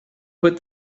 put